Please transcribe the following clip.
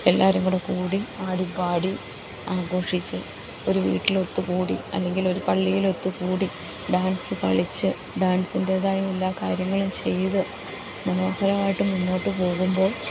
എല്ലാവരും കൂടെക്കൂടി ആടിപ്പാടി ആഘോഷിച്ച് ഒരു വീട്ടിലൊത്തുകൂടി അല്ലെങ്കിൽ ഒരു പള്ളിയിലൊത്തുകൂടി ഡാൻസ് കളിച്ച് ഡാൻസിൻ്റേതായ എല്ലാ കാര്യങ്ങളും ചെയ്ത് മനോഹരമായിട്ട് മുന്നോട്ടു പോകുമ്പോൾ